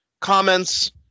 comments